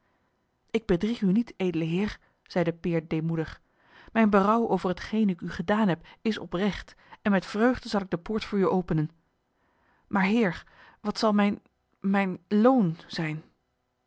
ik bedrieg u niet edele heer zeide peer deemoedig mijn berouw over hetgeen ik u gedaan heb is oprecht en met vreugde zal ik de poort voor u openen maar heer wat zal mijn mijn loon zijn